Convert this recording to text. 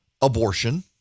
abortion